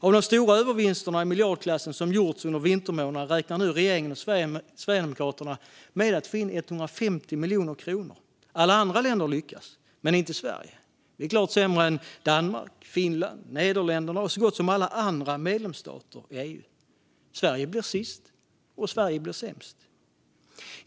Av de stora övervinsterna i miljardklassen som gjorts under vintermånaderna räknar regeringen och Sverigedemokraterna med att få in 150 miljoner kronor. Alla andra länder lyckas, men inte Sverige. Vi är klart sämre än Danmark, Finland, Nederländerna och så gott som alla andra medlemsstater i EU. Sverige blir sist, och Sverige blir sämst.